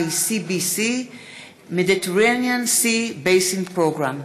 CBC Mediterranean Sea Basin Programme.